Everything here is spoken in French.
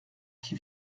qui